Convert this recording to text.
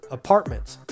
apartments